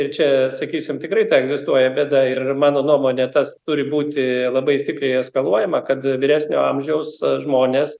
čia sakysim tikrai ta egzistuoja bėda ir mano nuomone tas turi būti labai stipriai eskaluojama kad vyresnio amžiaus žmonės